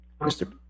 Mr